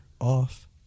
off